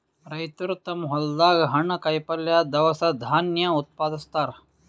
ರೈತರ್ ತಮ್ಮ್ ಹೊಲ್ದಾಗ ಹಣ್ಣ್, ಕಾಯಿಪಲ್ಯ, ದವಸ ಧಾನ್ಯ ಉತ್ಪಾದಸ್ತಾರ್